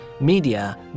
media